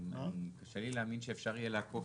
קשה להאמין שאפשר יהיה לעקוף.